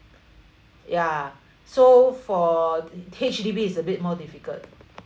ya so for H_D_B is a bit more difficult